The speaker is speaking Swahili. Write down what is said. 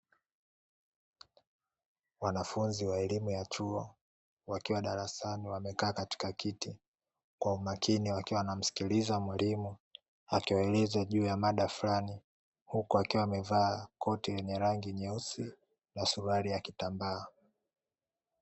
Wanafunzi wa elimu ya chuo wakiwa darasani wamekaa katika kiti kwa umakini, wanamsikiliza mwalimu akiwaeleza juu ya mada fulani; huku akiwa amevaa koti lenye rangi nyeusi na suruali ya kitambaa.